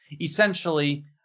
Essentially